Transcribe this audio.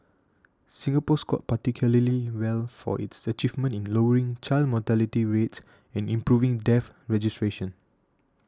Singapore scored particularly well for its achievements in lowering child mortality rates and improving death registration